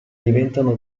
diventano